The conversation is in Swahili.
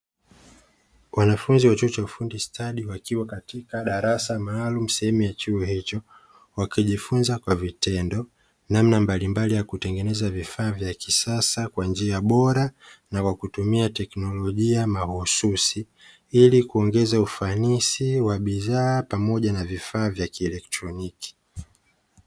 Wanafunzi wa chuo cha ufundi stadi wakiwa katika darasa maalumu sehemu ya chuo hicho, wakijifunza kwa vitendo namna mbalimbali ya kutengeneza vifaa vya kisasa kwa njia bora, na kwa kutumia teknolojia mahususi ili kuongeza ufanisi wa bidhaa pamoja na vifaa vya kielektroniki.